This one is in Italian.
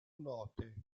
note